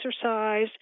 exercise